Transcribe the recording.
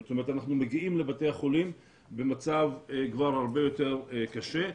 זאת אומרת אנחנו מגיעים לבית החולים במצב כבר הרבה יותר קשה.